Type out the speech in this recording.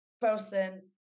person